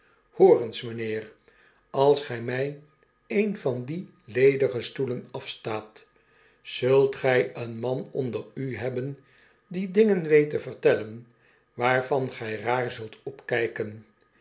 eens mijnheer als gij mij een van die ledige stoelen afstaat zult gij een man onder u hebben die dingen weet te vertellen waarvan gij raar zult opkijken